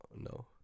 No